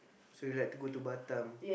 so you like to go to Batam